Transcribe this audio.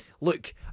Look